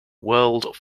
world